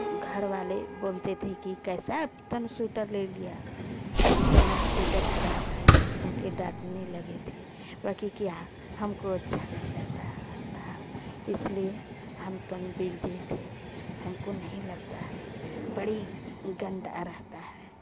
घरवाले बोलते थे कि कैसा तनू स्वीटर ले लिया की तने तो स्वीटर खराब है हमको डांटने लगे थे हमको अच्छा नहीं लगता था इसलिए हम तनिक बिग दिए थे हमको नहीं लगता है बड़ी गन्दा रहता है